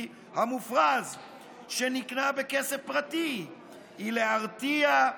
המופרז שנקנה בכסף פרטי היא להרתיע,